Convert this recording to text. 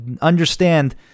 understand